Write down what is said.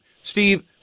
Steve